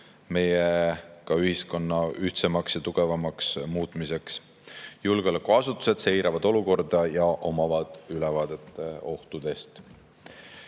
meie ühiskonna ühtsemaks ja tugevamaks muutmiseks. Julgeolekuasutused seiravad olukorda ja omavad ülevaadet ohtudest. Tänases